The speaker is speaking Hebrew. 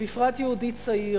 בפרט יהודי צעיר,